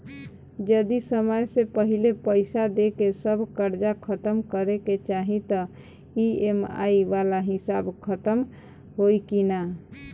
जदी समय से पहिले पईसा देके सब कर्जा खतम करे के चाही त ई.एम.आई वाला हिसाब खतम होइकी ना?